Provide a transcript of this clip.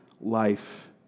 life